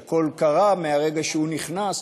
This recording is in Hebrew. שהכול קרה מהרגע שהוא נכנס.